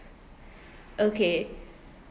okay